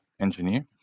engineer